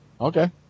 Okay